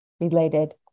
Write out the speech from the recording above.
related